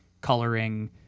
coloring